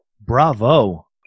Bravo